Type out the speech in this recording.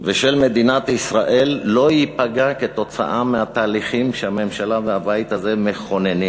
ושל מדינת ישראל לא ייפגע מהתהליכים שהממשלה והבית הזה מכוננים,